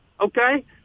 okay